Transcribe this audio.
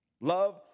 Love